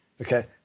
Okay